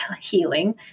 healing